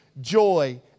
joy